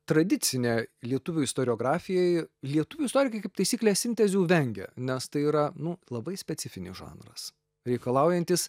tradicinė lietuvių istoriografijoj lietuvių istorikai kaip taisyklė sintezių vengia nes tai yra nu labai specifinis žanras reikalaujantis